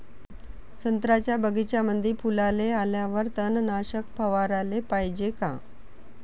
संत्र्याच्या बगीच्यामंदी फुलाले आल्यावर तननाशक फवाराले पायजे का?